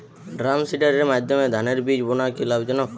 ড্রামসিডারের মাধ্যমে ধানের বীজ বোনা কি লাভজনক?